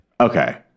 Okay